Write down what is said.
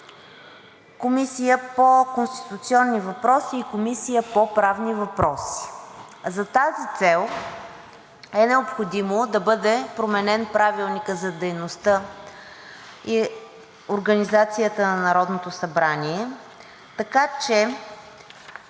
Комисия по конституционни въпроси и Комисия по правни въпроси. За тази цел е необходимо да бъде променен Правилникът за дейността и организацията на Народното събрание, така че